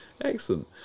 Excellent